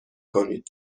کنید